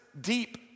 deep